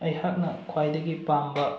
ꯑꯩꯍꯥꯛꯅ ꯈ꯭ꯋꯥꯏꯗꯒꯤ ꯄꯥꯝꯕ